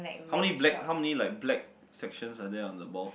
how many black how many like black sections are there on the ball